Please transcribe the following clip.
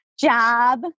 job